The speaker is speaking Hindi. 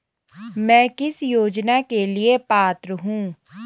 मैं किस योजना के लिए पात्र हूँ?